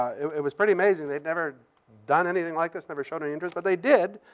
it was pretty amazing. they had never done anything like this, never showed any interest, but they did.